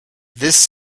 this